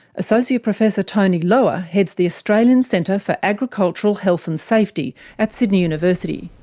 associate professor tony lower heads the australian centre for agricultural health and safety at sydney university.